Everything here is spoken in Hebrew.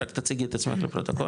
רק תציגי את עצמך לפרוטוקול.